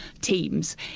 teams